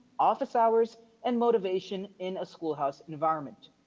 office hours and motivation in a schoolhouse environment.